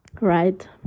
right